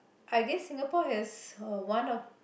I guess Singapore has uh one of